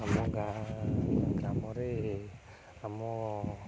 ଆମ ଗାଁ ଗ୍ରାମରେ ଆମ